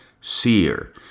seer